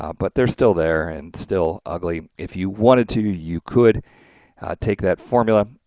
ah but they're still there and still ugly if you wanted to you could take that formula.